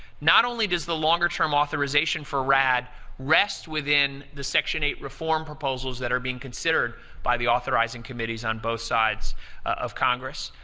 not only does the longer term authorization for rad rest within the section eight reform proposals that are being considered by the authorizing committees on both sides of congress,